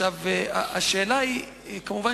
כמובן,